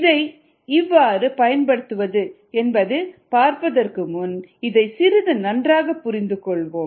இதை எவ்வாறு பயன்படுத்துவது என்பதைப் பார்ப்பதற்கு முன் இதை சிறிது நன்றாக புரிந்து கொள்வோம்